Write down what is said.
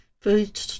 food